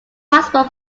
possible